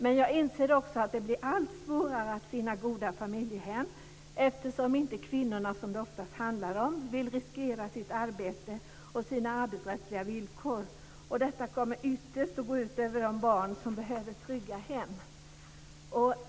Men jag inser också att det blir allt svårare att finna goda familjehem, eftersom kvinnorna, som det oftast handlar om, inte vill riskera sitt arbete och sina arbetsrättsliga villkor. Detta kommer ytterst att gå ut över de barn som behöver trygga hem.